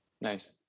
Nice